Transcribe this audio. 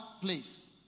place